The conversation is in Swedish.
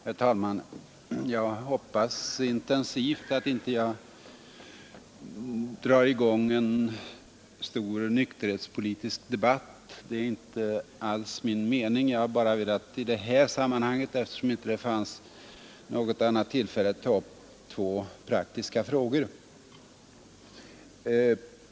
Herr talman! Jag hoppas intensivt att jag inte drar i gång en stor nykterhetspolitisk debatt — det är inte alls meningen. Jag har bara velat i det här sammanhanget, eftersom det inte finns något annat tillfälle, ta upp två praktiska frågor.